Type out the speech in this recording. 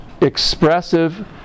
expressive